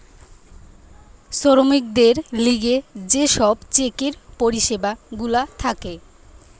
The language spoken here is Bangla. শ্রমিকদের লিগে যে সব চেকের পরিষেবা গুলা থাকে